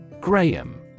Graham